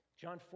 John